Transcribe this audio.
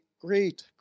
great